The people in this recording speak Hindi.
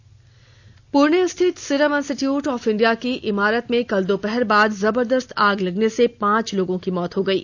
सीरम आग पुणे स्थित सीरम इंस्टीट्यूट आफ इंडिया की इमारत में कल दोपहर बाद जबर्दस्त आग लगने से पांच लोगों की मौत हो गयी